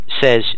says